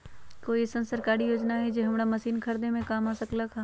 कोइ अईसन सरकारी योजना हई जे हमरा मशीन खरीदे में काम आ सकलक ह?